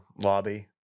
lobby